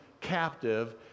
captive